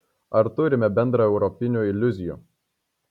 ar turime bendraeuropinių iliuzijų